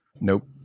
Nope